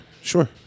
Sure